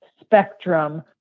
spectrum